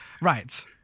Right